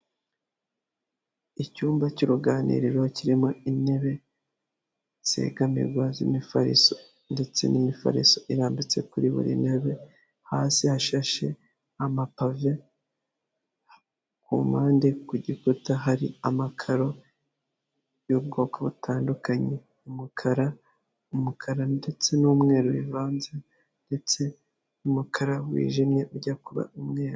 Icyumba cy'uruganiriro kirimo intebe zegamirwa z'imifariso ndetse n'imifariso irambitse kuri buri ntebe, hasi hashashe amapave, ku mpande ku gikuta hari amakaro y'ubwoko butandukanye, umukara, umukara ndetse n'umweru bivanze ndetse n'umukara wijimye ujya kuba umweru.